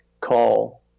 call